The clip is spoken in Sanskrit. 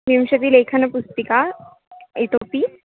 विंशतिः लेखनपुस्तिकाः इतोऽपि